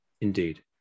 Indeed